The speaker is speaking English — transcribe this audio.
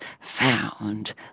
found